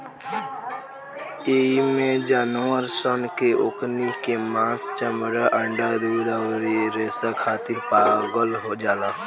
एइमे जानवर सन के ओकनी के मांस, चमड़ा, अंडा, दूध अउरी रेसा खातिर पालल जाला